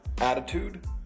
attitude